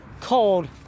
cold